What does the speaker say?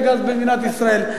אין גז במדינת ישראל,